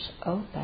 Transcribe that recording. open